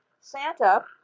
Santa